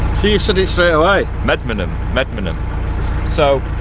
see, you've said it straight away. medmenham, medmenham so